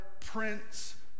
Prince